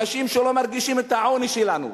אנשים שלא מרגישים את העוני שלנו,